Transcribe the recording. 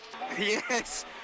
Yes